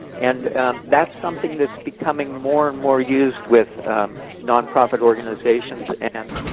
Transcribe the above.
and that's something that's becoming more and more used with nonprofit organizations, and